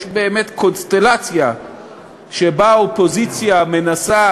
יש באמת קונסטלציה שבה אופוזיציה מנסה